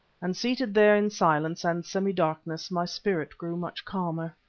and seated there in silence and semi-darkness my spirit grew much calmer.